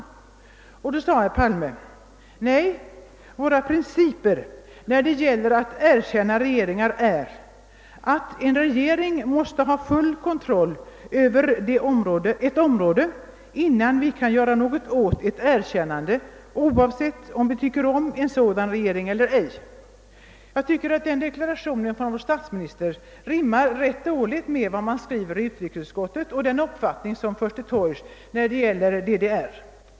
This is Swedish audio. Herr Palma svarade då följande: »Nej, våra principer när det gäller att erkänna regeringar är att en regering måste ha full kontroll över ett område innan vi kan göra något åt ett erkännande, oavsett om vi tycker om en sådan regering eller ej.« Jag tycker att denna deklaration från vår statsminister rimmar ganska dåligt med den uppfattning utrikesutskottet i sitt utlåtande för till torgs beträffande DDR.